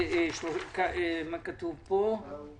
הם רוצים